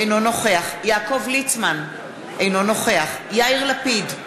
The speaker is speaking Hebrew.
אינו נוכח יעקב ליצמן, אינו נוכח יאיר לפיד,